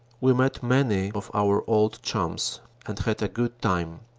we met many of our old chums and had a good time.